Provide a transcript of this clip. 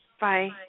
Bye